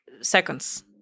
seconds